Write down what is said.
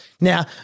Now